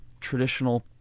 traditional